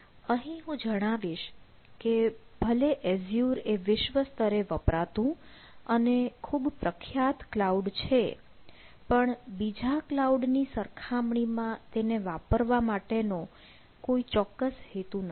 અહીં હું જણાવીશ કે ભલે એઝ્યુર એ વિશ્વસ્તરે વપરાતું અને ખૂબ પ્રખ્યાત ક્લાઉડ છે પણ બીજા ક્લાઉડ ની સરખામણી માં તેને વાપરવા માટે નો કોઇ ચોક્કસ હેતુ નથી